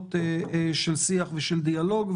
אחרות של שיח ושל דיאלוג.